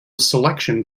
selection